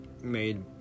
made